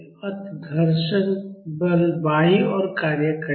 अत घर्षण बल बायीं ओर कार्य करेगा